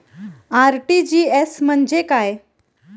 RTGS म्हणजे काय?